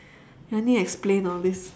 ya need explain all this